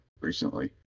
recently